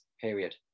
period